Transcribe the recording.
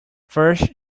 first